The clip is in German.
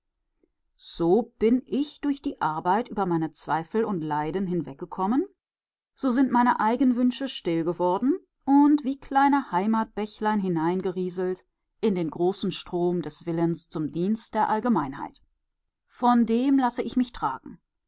so bin ich durch die arbeit über meine zweifel und leiden hinweggekommen so sind meine eigenwünsche still geworden und wie kleine heimatbächlein hineingerieselt in den großen strom des willens zum dienst der allgemeinheit von dem lasse ich mich tragen